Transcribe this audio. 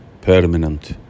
permanent